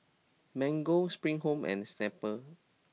Mango Spring Home and Snapple